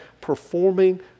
performing